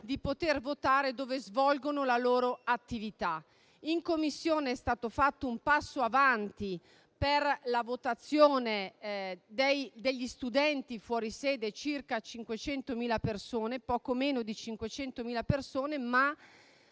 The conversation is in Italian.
di poter votare dove svolgono la loro attività. In Commissione è stato fatto un passo avanti per la votazione degli studenti fuori sede (poco meno di 500.000 persone), ma